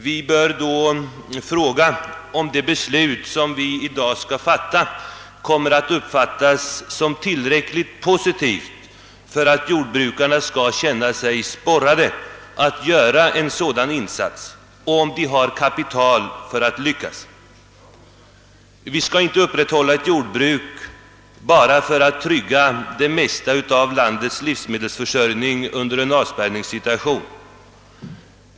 Vi bör då fråga oss om det beslut vi i dag skall fatta kommer att uppfattas som tillräckligt positivt för att jordbrukarna skall känna sig sporrade att göra en sådan insats och har kapital för att lyckas. Vi skall inte upprätthålla ett jordbruk bara för att trygga det mesta av landets livsmedelsförsörjning under en avspärrningssituation.